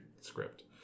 script